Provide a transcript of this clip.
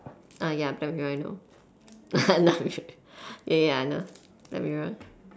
ah ya black mirror I know ya ya I know black mirror